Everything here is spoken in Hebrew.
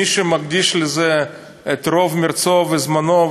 מי שמקדיש לזה את רוב מרצו וזמנו,